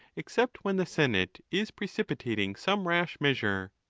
except when the senate is precipitating some rash measure,